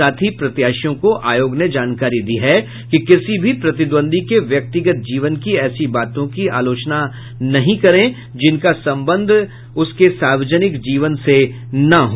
साथ ही प्रत्याशियों को आयोग ने जानकारी दी है कि किसी भी प्रतिद्वंदी के व्यक्तिगत जीवन के ऐसी बातों की आलोचना नहीं करें जिनका संबंध उसके सार्वजनिक जीवन से न हो